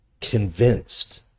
convinced